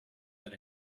that